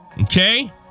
Okay